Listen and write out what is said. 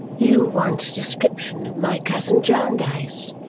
you want a description of my cousin jarndyce?